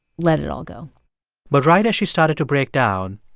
let it all go but right as she started to break down,